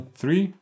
three